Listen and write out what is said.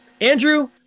Andrew